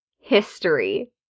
history